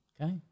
Okay